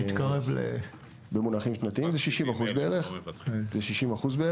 זה כ-60%.